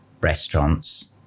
restaurants